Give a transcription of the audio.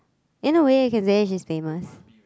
in a way can say he's famous